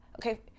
okay